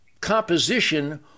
composition